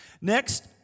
Next